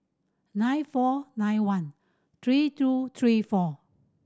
nine four nine one three two three four